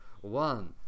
one